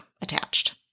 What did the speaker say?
attached